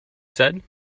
said